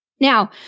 Now